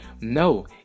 no